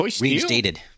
reinstated